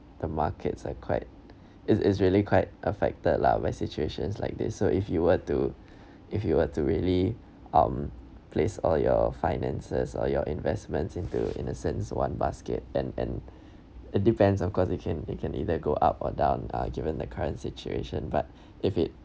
the markets are quite it's it's really quite affected lah when situations like this so if you were to if you were to really um place all your finances or your investments into in a sense one basket and and it depends of course it can it can either go up or down ah given the current situation but if it